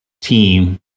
team